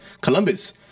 Columbus